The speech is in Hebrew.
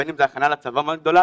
בין אם זה הכנה לצבא מאוד גדולה,